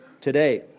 today